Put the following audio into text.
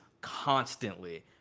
constantly